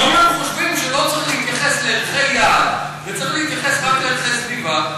אם הם חושבים שלא צריך להתייחס לערכי יעד וצריך להתייחס רק לערכי סביבה,